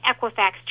Equifax